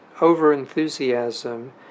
over-enthusiasm